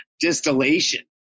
distillation